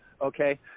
Okay